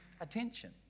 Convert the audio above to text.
attention